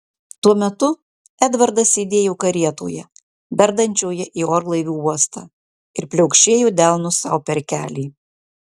tuo metu edvardas sėdėjo karietoje dardančioje į orlaivių uostą ir pliaukšėjo delnu sau per kelį